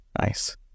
Nice